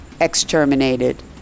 exterminated